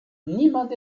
niemand